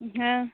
हँ